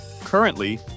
Currently